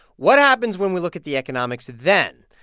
what happens when we look at the economics then?